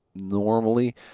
Normally